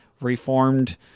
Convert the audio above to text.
reformed